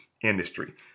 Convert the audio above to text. industry